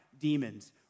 demons